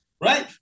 right